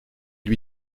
lui